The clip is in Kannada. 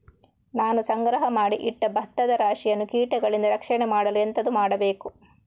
ನಾನು ಸಂಗ್ರಹ ಮಾಡಿ ಇಟ್ಟ ಭತ್ತದ ರಾಶಿಯನ್ನು ಕೀಟಗಳಿಂದ ರಕ್ಷಣೆ ಮಾಡಲು ಎಂತದು ಮಾಡಬೇಕು?